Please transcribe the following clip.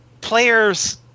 players